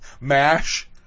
MASH